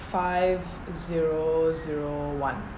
five zero zero one